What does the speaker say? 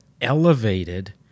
elevated